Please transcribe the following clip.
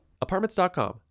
Apartments.com